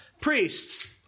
priests